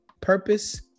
Purpose